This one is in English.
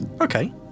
Okay